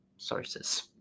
Sources